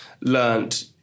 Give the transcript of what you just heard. learned